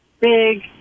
big